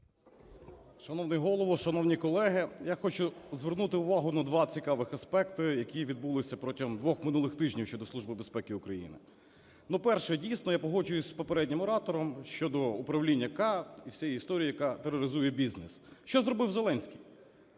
Шановний Голово, шановні колеги! Я хочу звернути увагу на два цікавих аспекти, які відбулися протягом двох минулих тижнів щодо Служби безпеки України. Ну, перше, дійсно, я погоджуюсь із попереднім оратором щодо управління "К" і всієї історії, яка тероризує бізнес. Що зробив Зеленський,